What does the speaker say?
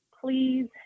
Please